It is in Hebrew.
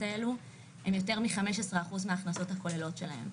האלו הן יותר מ-15% מההכנסות הכוללות שלהם.